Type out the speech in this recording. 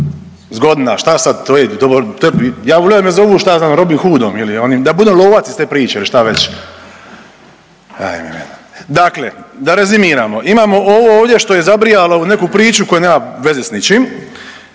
ne razumije/…ja bi volio da me zovu šta ja znam Robin Hoodom ili onim, da budem lovac iz te priče ili šta već. Dakle, da rezoniramo, imamo ovo ovdje što je zabrijalo u neku priču koja nema veze s ničim,